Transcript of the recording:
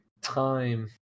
time